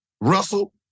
Russell